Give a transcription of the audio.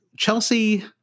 Chelsea